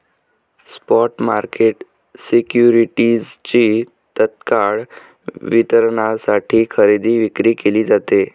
spot market सिक्युरिटीजची तत्काळ वितरणासाठी खरेदी विक्री केली जाते